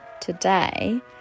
today